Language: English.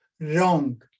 Wrong